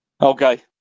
Okay